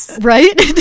Right